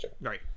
Right